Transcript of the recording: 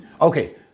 Okay